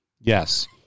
yes